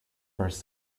first